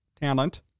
talent